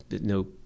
no